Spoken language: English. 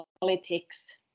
politics